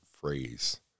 phrase